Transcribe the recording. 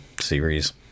series